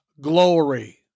glory